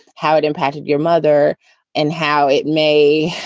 how it impacted your mother and how it may.